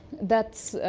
that's